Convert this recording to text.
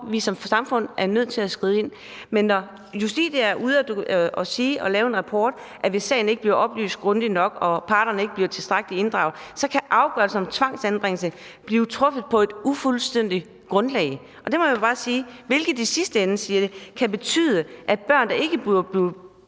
vi som samfund er nødt til at skride ind. Men når Justitia er ude med en rapport, der siger, at hvis sagen ikke bliver oplyst grundigt nok og parterne ikke bliver tilstrækkelig inddraget, kan afgørelser om tvangsanbringelse blive truffet på et ufuldstændigt grundlag. Og der må man bare sige, at de siger, at det i sidste ende kan betyde, at børn, der ikke burde være